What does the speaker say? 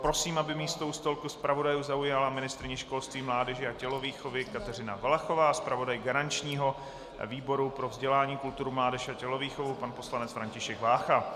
Prosím, aby místo u stolku zpravodajů zaujala ministryně školství, mládeže a tělovýchovy Kateřina Valachová a zpravodaj garančního výboru pro vzdělání, kulturu, mládež a tělovýchovu pan poslanec František Vácha.